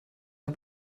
war